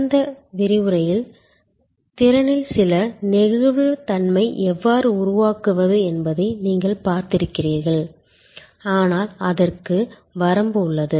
கடந்த விரிவுரையில் திறனில் சில நெகிழ்வுத்தன்மையை எவ்வாறு உருவாக்குவது என்பதை நீங்கள் பார்த்திருக்கிறீர்கள் ஆனால் அதற்கு வரம்பு உள்ளது